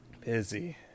Busy